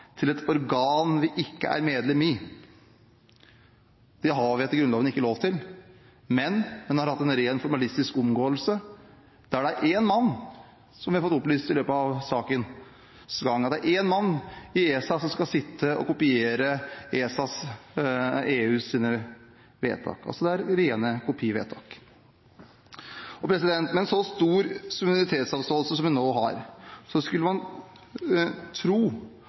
til et organ vi ikke er medlem i. Det har vi etter Grunnloven ikke lov til, men man har hatt en ren formalistisk omgåelse, der det er én mann – som vi har fått opplyst i løpet av sakens gang – som skal sitte og kopiere EUs vedtak. Det er rene kopivedtak. Med en så stor suverenitetsavståelse som vi nå har, skulle man tro